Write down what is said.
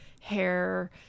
hair